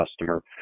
customer